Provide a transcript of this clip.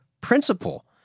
principle